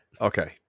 Okay